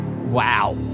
wow